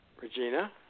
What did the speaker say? Regina